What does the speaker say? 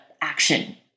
action